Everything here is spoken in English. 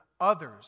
others